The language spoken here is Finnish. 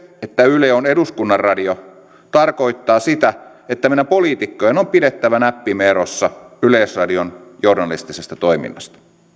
yle on eduskunnan radio tarkoittaa sitä että meidän poliitikkojen on pidettävä näppimme erossa yleisradion journalistisesta toiminnasta